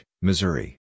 Missouri